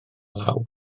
law